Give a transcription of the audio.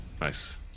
Nice